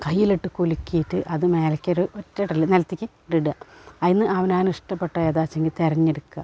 കൈയ്യിലിട്ട് കുലുക്കിയിട്ട് അതു മേലെക്കൊരു ഒറ്റ ഇടൽ നിലത്തേക്ക് ഇടുക ഐന്ന് അവനവനിഷ്ടപ്പെട്ട ഏതാച്ചെങ്കിൽ തിരഞ്ഞെടുക്കുക